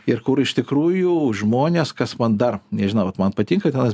ir kur iš tikrųjų žmonės kas man dar nežinau vat man patinka tenais